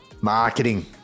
marketing